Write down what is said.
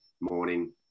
morning